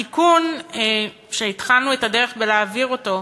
התיקון, שהתחלנו את הדרך בלהעביר אותו,